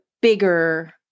bigger